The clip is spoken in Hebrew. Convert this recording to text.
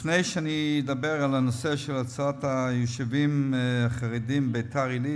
לפני שאני אדבר על הנושא של הוצאת היישובים החרדיים ביתר-עילית,